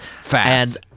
fast